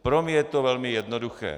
Pro mě je to velmi jednoduché.